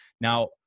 Now